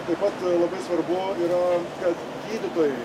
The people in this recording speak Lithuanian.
taip pat labai svarbu yra kad gydytojai